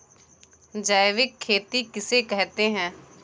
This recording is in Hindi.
जैविक खेती किसे कहते हैं?